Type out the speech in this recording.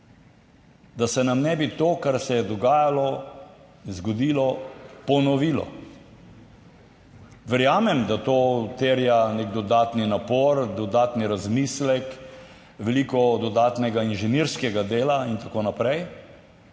da se nam ne bi to, kar se je dogajalo, zgodilo, ponovilo. Verjamem, da to terja nek dodatni napor, dodatni razmislek, veliko dodatnega inženirskega dela in tako naprej,